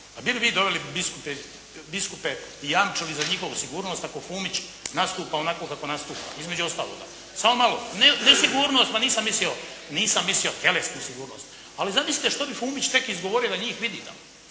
pa bi li vi doveli biskupe i jamčili za njihovu sigurnost ako Fumić nastupa onako kako nastupa između ostaloga. …/Upadica se ne čuje./… Samo malo. Ne sigurnost, nisam mislio tjelesnu sigurnost. Ali zamislite što bi Fumić tek izgovorio da njih vidi tamo.